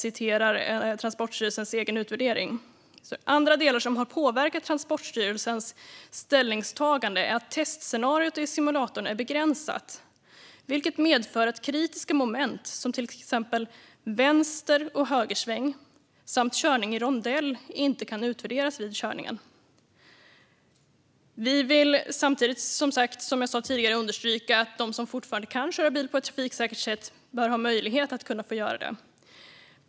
I sin utvärdering har Transportstyrelsen konstaterat att testscenariot i simulatorn är begränsat, vilket medför att kritiska moment som vänster och högersväng samt körning i rondell inte kan utvärderas vid körningen. Som jag sa tidigare ska de som kan köra bil på ett trafiksäkert sätt få möjlighet att göra det.